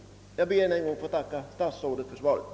Med detta ber jag än en gång att få tacka statsrådet för svaret.